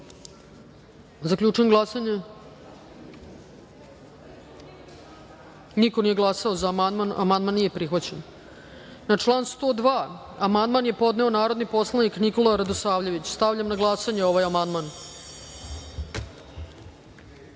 amandman. Zaključujem glasanje: niko nije glasao za amandman. Amandman nije prihvaćen. Na član 102. amandman je podneo narodni poslanik Nikola Radosavljević. Stavljam na glasanje ovaj